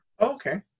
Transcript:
Okay